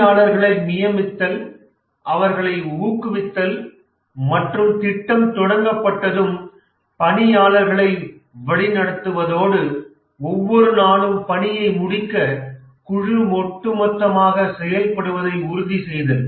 பணியாளர்களை நியமித்தல் அவர்களை ஊக்குவித்தல் மற்றும் திட்டம் தொடங்கப்பட்டதும் பணியாளர்களை வழிநடத்துவதோடு ஒவ்வொரு நாளும் பணியை முடிக்க குழு ஒட்டுமொத்தமாக செயல்படுவதை உறுதிசெய்தல்